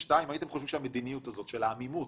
שתיים, האם אתם חושבים שהמדיניות הזאת של העמימות